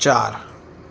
ચાર